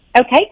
Okay